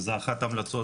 זו אחת ההמלצות של המבקר.